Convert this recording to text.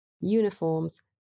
uniforms